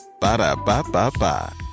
ba-da-ba-ba-ba